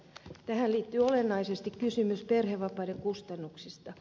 tähän liittyy olennaisesti kysymys perhevapaiden kustannuksista